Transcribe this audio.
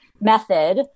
method